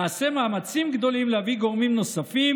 נעשה מאמצים גדולים להביא גורמים נוספים.